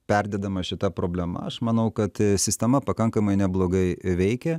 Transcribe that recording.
perdedama šita problema aš manau kad sistema pakankamai neblogai veikia